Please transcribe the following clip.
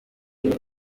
byo